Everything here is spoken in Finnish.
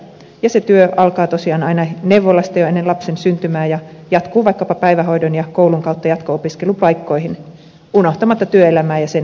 ja se työ alkaa tosiaan aina neuvolasta jo ennen lapsen syntymää ja jatkuu vaikkapa päivähoidon ja koulun kautta jatko opiskelupaikkoihin unohtamatta työelämää ja sen segregaatiota